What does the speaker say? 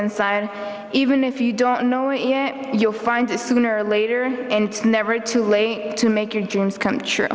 inside even if you don't know yet you'll find it sooner or later and never too late to make your dreams come true